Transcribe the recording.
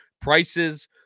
prices